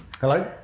Hello